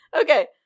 Okay